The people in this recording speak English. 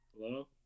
hello